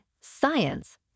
science